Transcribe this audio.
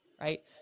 right